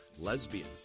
Lesbian